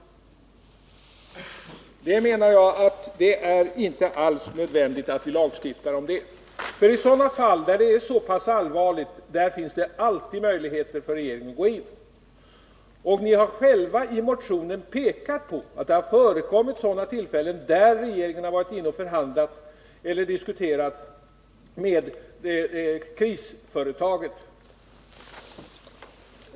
Enligt min mening är det inte alls nödvändigt att lagstifta om detta. I de fall där det är så pass allvarligt finns det alltid möjligheter för regeringen att gå in. Ni har ju själva i motionen pekat på att det har förekommit tillfällen då regeringen har förhandlat eller diskuterat med krisföretaget.